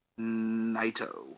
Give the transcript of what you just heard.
Naito